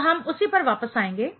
तो हम उसी पर वापस आएंगे